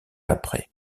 après